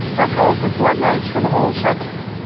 i called for floodlights for the whole sector.